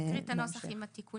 אני אקריא את הנוסח עם התיקונים.